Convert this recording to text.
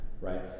right